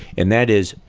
and that is,